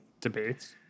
Debates